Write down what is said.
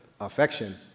affection